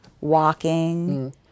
walking